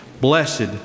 Blessed